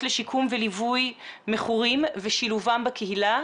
לשיקום וליווי מכורים ושילובם בקהילה.